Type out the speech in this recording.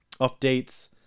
updates